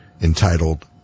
entitled